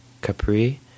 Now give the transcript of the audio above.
capri